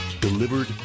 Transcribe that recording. delivered